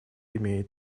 имеет